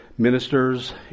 ministers